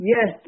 Yes